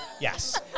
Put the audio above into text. yes